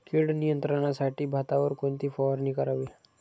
कीड नियंत्रणासाठी भातावर कोणती फवारणी करावी?